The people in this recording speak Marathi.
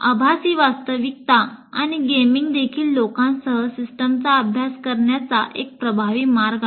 आभासी वास्तविकता आणि गेमिंग देखील लोकांसह सिस्टमचा अभ्यास करण्याचा एक प्रभावी मार्ग आहे